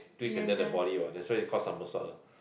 twist and then the poly what that's why he's called somersault lah